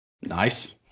Nice